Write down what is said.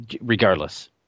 regardless